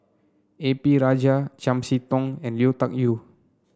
A P Rajah Chiam See Tong and Lui Tuck Yew